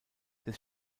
des